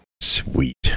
sweet